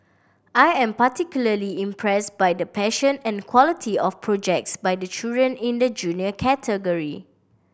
I am particularly impress by the passion and quality of projects by the children in the Junior category